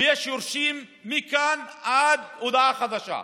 ויש יורשים מכאן ועד הודעה חדשה.